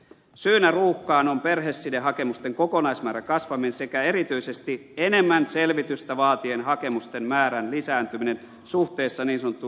syynä ruuhkaan on perhesidehakemusten kokonaismäärän kasvaminen sekä erityisesti enemmän selvitystä vaativien hakemusten määrän lisääntyminen suhteessa niin sanottu